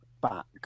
back